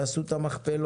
תעשו את המכפלות.